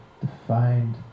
defined